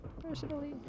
personally